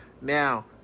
Now